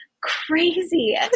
Crazy